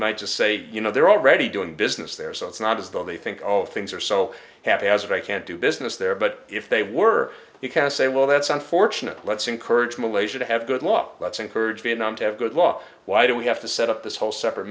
might just say you know they're already doing business there so it's not as though they think all things are so happy as if i can't do business there but if they were you can say well that's unfortunate let's encourage malaysia to have good luck let's encourage vietnam to have good law why do we have to set up this whole separate